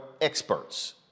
experts